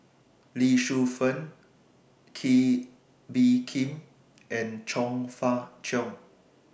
Lee Shu Fen Kee Bee Khim and Chong Fah Cheong